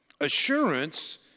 assurance